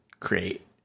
create